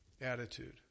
attitude